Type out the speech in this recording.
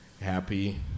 happy